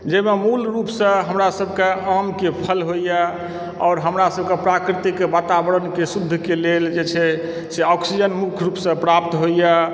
जाहिमे मूल रूपसँ हमरा सभकेँ आमके फल होइए आओर हमरा सभके प्राकृतिक वातावरणके शुद्धके लेल जे छै से ऑक्सीजन मुख्य रुपसँ प्राप्त होइए